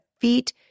feet